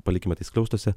palikime tai skliaustuose